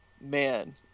man